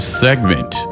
segment